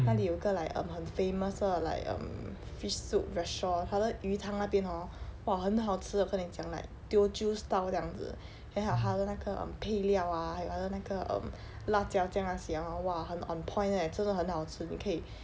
那里有个 like um 很 famous 的 like um fish soup restaurant 他的鱼汤那边 hor !wah! 很好吃啊我跟你讲 like teo chew style 这样子 then 他的那个 um 配料啊还有他的那个 um 辣椒酱那些 hor !wah! on point leh 真的很好吃你可以